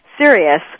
serious